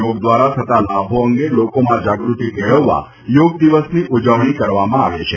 યોગ દ્વારા થતા લાભો અંગે લોકોમાં જાગૃતી કેળવવા યોગ દિવસની ઉજવણી કરવામાં આવે છે